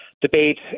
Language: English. debate